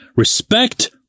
Respect